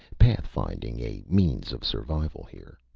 pathfinding a means of survival here.